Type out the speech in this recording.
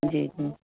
जी जी